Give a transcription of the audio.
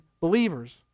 believers